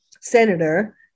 Senator